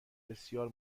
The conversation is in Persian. بسیار